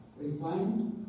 refined